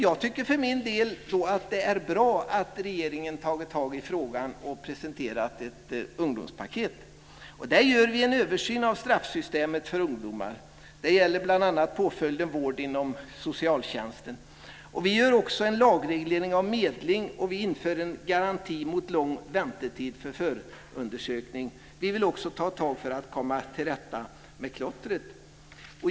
Jag tycker därför att det är bra att regeringen har tagit tag i frågan och presenterat ett ungdomspaket. Där gör vi en översyn av straffsystemet för ungdomar. Det gäller bl.a. påföljden vård inom socialtjänsten. Vi gör också en lagreglering av medling, och vi inför en garanti mot lång väntetid för förundersökning. Vi vill också ta tag för att komma till rätta med klottret.